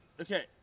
Okay